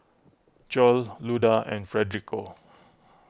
Joel Luda and Federico